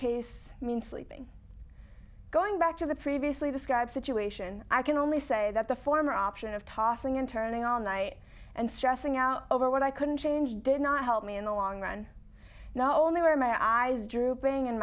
case means sleeping going back to the previously described situation i can only say that the former option of tossing and turning all night and stressing out over what i couldn't change did not help me in the long run no only were my eyes drooping in